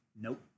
Nope